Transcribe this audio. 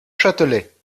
châtelet